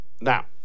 Now